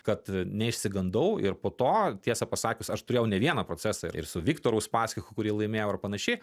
kad neišsigandau ir po to tiesą pasakius aš turėjau ne vieną procesą ir su viktoru uspaskichu kurį laimėjau ir panašiai